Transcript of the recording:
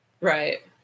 Right